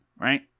Right